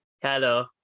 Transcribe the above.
Hello